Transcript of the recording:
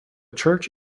church